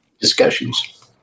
discussions